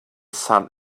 sun